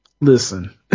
listen